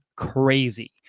Crazy